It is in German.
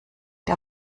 der